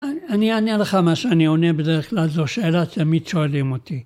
אני אענה לך מה שאני עונה בדרך כלל זו שאלה שתמיד שואלים אותי.